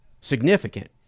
significant